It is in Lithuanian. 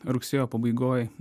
rugsėjo pabaigoj